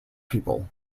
people